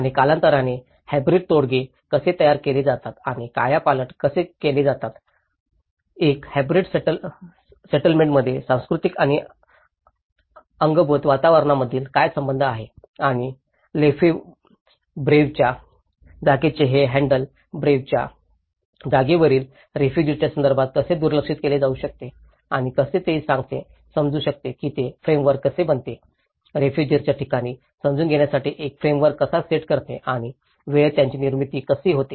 आणि कालांतराने हाब्रिड तोडगे कसे तयार केले जातात आणि कायापालट केले जातात एक हाब्रिड सेटलमेंटमध्ये सांस्कृतिक आणि अंगभूत वातावरणामधील काय संबंध आहे आणि लेफेबव्ह्रेच्या जागेचे हे हॅन्डल लेफेबव्ह्रेच्या जागेवरील रेफुजिर्साच्या संदर्भात कसे दुर्लक्षित केले जाऊ शकते आणि कसे ते सांगते समजू शकते की ते फ्रेमवर्क कसे बनते रेफुजिर्सांची ठिकाणे समजून घेण्यासाठी एक फ्रेमवर्क कसा सेट करते आणि वेळेत त्यांची निर्मिती कशी होते